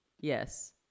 Yes